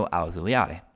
ausiliare